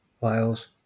files